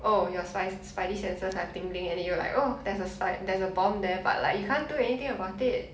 oh you are spidey senses or tingling and then you are like oh there's a side there's a bomb there but like you can't do anything about it